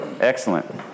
Excellent